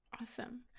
awesome